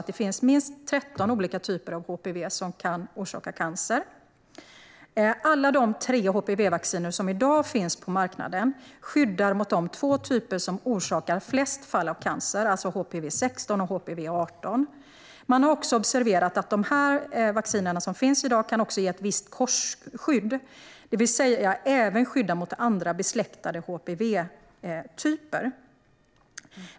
Det finns minst 13 olika typer av HPV som kan orsaka cancer. Alla de tre HPV-vacciner som i dag finns på marknaden skyddar mot de två typer som orsakar flest fall av cancer, alltså HPV 16 och HPV 18. Man har också observerat att de vacciner som finns i dag även kan ge ett visst korsskydd, det vill säga även skydda mot andra besläktade HPV-typer.